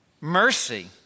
mercy